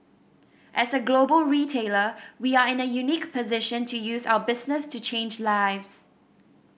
as a global retailer we are in a unique position to use our business to change lives